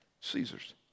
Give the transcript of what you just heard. Caesar's